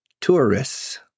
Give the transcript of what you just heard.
tourists